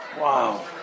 Wow